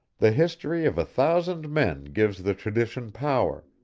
the history of a thousand men gives the tradition power,